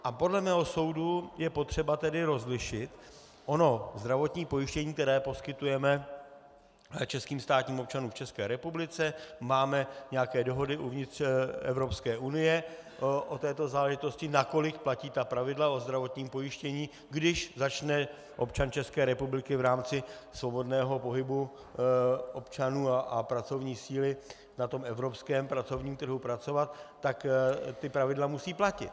A podle mého soudu je potřeba rozlišit ono zdravotní pojištění, které poskytujeme českým státním občanům v České republice, máme nějaké dohody uvnitř Evropské unie o této záležitosti, nakolik platí pravidla o zdravotním pojištění, když začne občan České republiky v rámci svobodného pohybu občanů a pracovní síly na evropském pracovním trhu pracovat, tak pravidla musí platit.